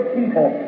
people